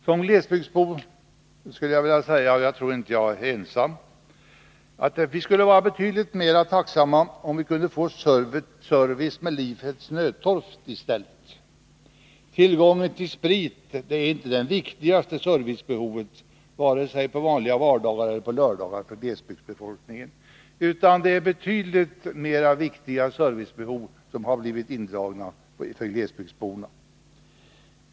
Som glesbygdsbo skulle jag vilja säga — och jag tror inte att jag är ensam -— att vi skulle vara betydligt tacksammare, om vi kunde få service med livets nödtorft i stället. Tillgången till sprit är inte den viktigaste servicen vare sig på vanliga vardagar eller på lördagar, utan det är betydligt väsentligare service som blivit indragen för glesbygdsbefolkningen.